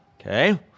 Okay